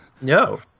no